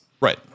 Right